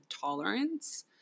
tolerance